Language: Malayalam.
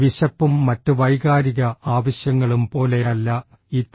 വിശപ്പും മറ്റ് വൈകാരിക ആവശ്യങ്ങളും പോലെയല്ല ഇത്